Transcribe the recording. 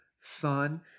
son